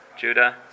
Judah